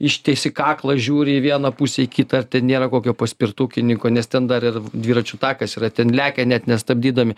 ištiesi kaklą žiūri į vieną pusę į kitą ar ten nėra kokio paspirtukininko nes ten dar ir dviračių takas yra ten lekia net nestabdydami